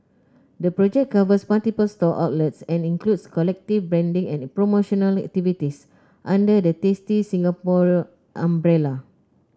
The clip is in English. the project covers multiple store outlets and includes collective branding and promotional activities under the Tasty Singapore umbrella